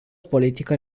politică